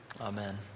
Amen